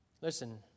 Listen